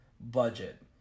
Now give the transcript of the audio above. budget